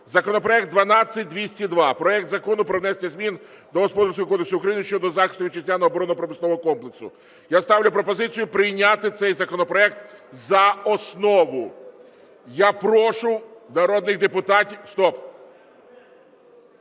законопроект 12202: проект Закону про внесення змін до Господарського Кодексу України щодо захисту вітчизняного оборонно-промислового комплексу, я ставлю пропозицію прийняти цей законопроект за основу. Я прошу народних депутатів... Стоп!